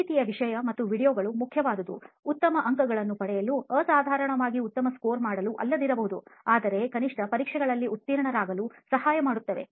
ಈ ರೀತಿಯ ವಿಷಯ ಮತ್ತು ವೀಡಿಯೊಗಳು ಮುಖ್ಯವಾದುದು ಉತ್ತಮ ಅಂಕಗಳನ್ನು ಪಡೆಯಲು ಅಸಾಧಾರಣವಾಗಿ ಉತ್ತಮ ಸ್ಕೋರ್ ಮಾಡಲು ಅಲ್ಲದಿರಬಹುದು ಆದರೆ ಕನಿಷ್ಠ ಪರೀಕ್ಷೆಗಳಲ್ಲಿ ಉತ್ತೀರ್ಣರಾಗಲು ಸಹಾಯ ಮಾಡುತ್ತವೆ